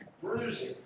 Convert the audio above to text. Bruising